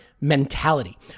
mentality